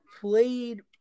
played